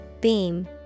Beam